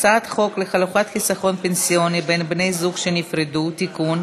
הצעת חוק לחלוקת חיסכון פנסיוני בין בני זוג שנפרדו (תיקון)